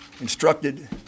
instructed